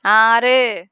ஆறு